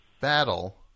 Battle